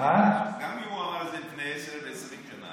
אבל הוא אמר את זה בוועדת הכנסת.